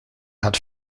hat